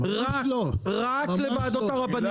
רק לוועדות הרבנים.